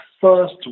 first